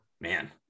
man